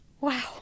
wow